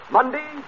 Monday